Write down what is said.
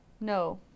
No